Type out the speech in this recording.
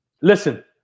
Listen